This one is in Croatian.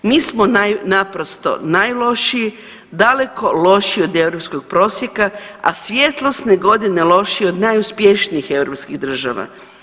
Mi smo naprosto najlošiji, daleko lošiji od europskog prosjeka, a svjetlosne godine lošije od najuspješnijih europskih država.